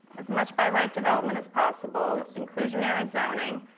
as much by right development as possible, inclusionary zoning.